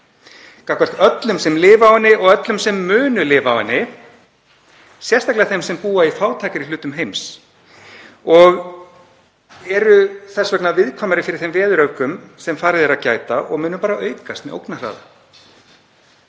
öllum sem lifa á henni og sem munu lifa á henni, sérstaklega þeim sem búa í fátækari hlutum heims og eru þess vegna viðkvæmari fyrir þeim veðuröfgum sem farið er að gæta og munu aukast með ógnarhraða.